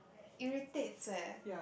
irritates leh